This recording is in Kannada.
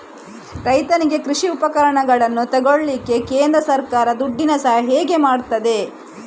ರೈತನಿಗೆ ಕೃಷಿ ಉಪಕರಣಗಳನ್ನು ತೆಗೊಳ್ಳಿಕ್ಕೆ ಕೇಂದ್ರ ಸರ್ಕಾರ ದುಡ್ಡಿನ ಸಹಾಯ ಹೇಗೆ ಮಾಡ್ತದೆ?